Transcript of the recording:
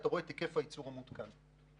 שזה היקף הייצור המעודכן.